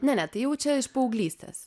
ne ne tai jau čia iš paauglystės